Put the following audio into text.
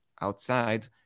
outside